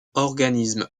organisme